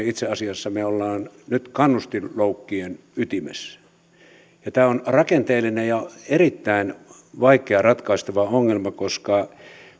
itse asiassa me olemme nyt kannustinloukkujen ytimessä tämä on rakenteellinen ja erittäin vaikeasti ratkaistava ongelma koska